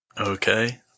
Okay